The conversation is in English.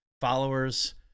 Followers